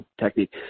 technique